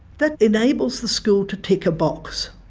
that enables the school to tick a box.